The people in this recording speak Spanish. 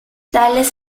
tales